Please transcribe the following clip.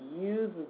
use